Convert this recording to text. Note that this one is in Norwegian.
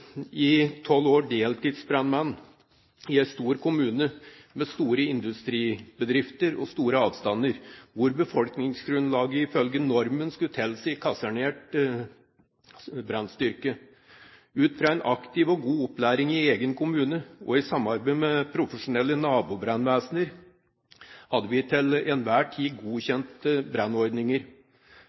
i tolv år deltidsbrannmann i en stor kommune med store industribedrifter og store avstander, hvor befolkningsgrunnlaget ifølge normen skulle tilsi kasernert brannstyrke. Ut fra en aktiv og god opplæring i egen kommune og i samarbeid med profesjonelle nabobrannvesener hadde vi til enhver tid godkjente brannordninger.